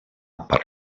per